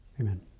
Amen